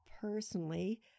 personally